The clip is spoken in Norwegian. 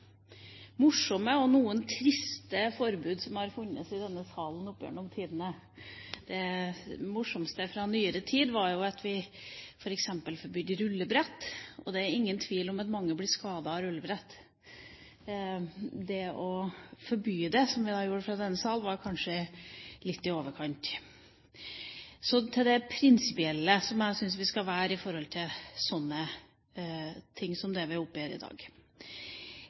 morsomme og noen triste forbud som har blitt fattet i denne salen opp gjennom tidene. Det morsomste fra nyere tid var jo at vi f.eks. forbød rullebrett. Det er ingen tvil om at mange blir skadet på rullebrett. Det å forby det, som vi gjorde i denne sal, var kanskje litt i overkant. Så til det å være prinsipiell, som jeg syns vi skal være, i forhold til slike ting som det vi har oppe her i dag.